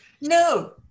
No